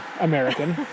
American